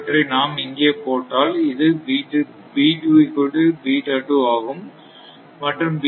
இவற்றை நாம் இங்கே போட்டால் இது ஆகும் மற்றும் ஆகும்